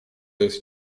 jest